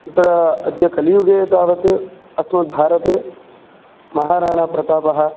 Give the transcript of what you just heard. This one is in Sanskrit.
तत्र अद्य कलियुगे तावत् अस्माकं भारते महाराणाप्रतापः